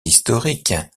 historiques